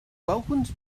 welcomed